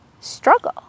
struggle